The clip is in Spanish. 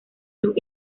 sus